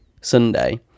Sunday